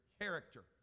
character